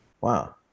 Wow